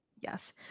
Yes